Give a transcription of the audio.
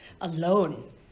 Alone